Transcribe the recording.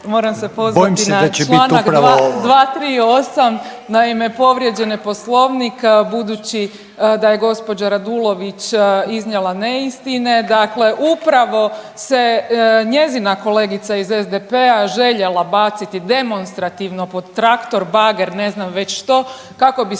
upravo ovo/… …čl. 238., naime povrijeđen je poslovnik budući da je gđa. Radulović iznijela neistine, dakle upravo se njezina kolegica iz SDP-a željela baciti demonstrativno pod traktor, bager, ne znam već što, kako bi